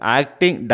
acting